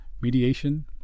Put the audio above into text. mediation